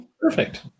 perfect